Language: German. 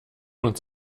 uns